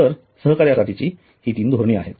तर सहकार्यासाठीची हि तीन धोरणे आहेत